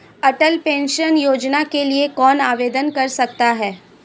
अटल pension योजना के लिए कौन आवेदन कर सकता है?